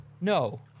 no